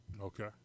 Okay